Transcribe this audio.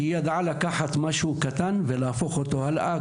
כי היא ידעה לקחת משהו קטן ולהפוך אותו הלאה,